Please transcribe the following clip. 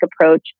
approach